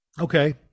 Okay